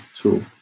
tool